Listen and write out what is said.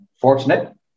fortunate